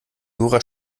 jura